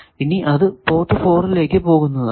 ഇനി അത് പോർട്ട് 4 ലേക്ക് പോകുന്നതാണ്